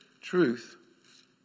truth